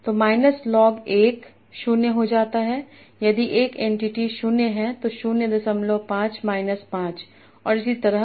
तो minus log 1 0 हो जाता है यदि एक एंटिटी 0 है तो 05 माइनस 5 और इसी तरह